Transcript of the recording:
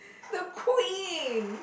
the queen